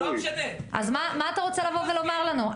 אז מה אתה רוצה לבוא ולומר לנו?